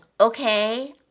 okay